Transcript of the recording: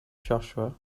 joshua